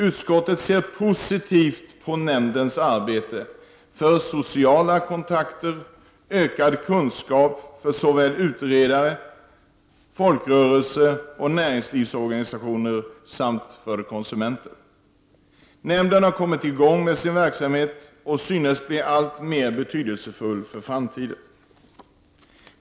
Utskottet ser positivt på nämndens arbete för sociala kontakter och ökad kunskap för utredare, folkrörelser, näringslivsorganisationer och konsumenter. Nämnden har kommit i gång med sin verksamhet och synes bli alltmer betydelsefull för framtiden.